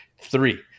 Three